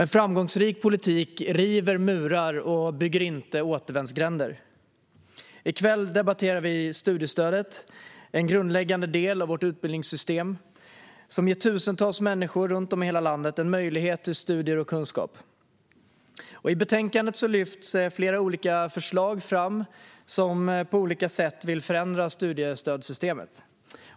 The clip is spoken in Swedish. En framgångsrik politik river murar och bygger inte återvändsgränder. I kväll debatterar vi studiestöd - en grundläggande del av vårt utbildningssystem - som ger tusentals människor runt om i hela landet en möjlighet till studier och kunskap. I betänkandet lyfts flera olika förslag fram som på olika sätt vill förändra studiestödssystemet.